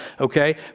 okay